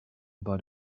about